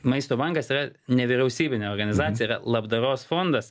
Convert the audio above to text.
maisto bankas yra nevyriausybinė organizacija labdaros fondas